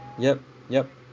yup yup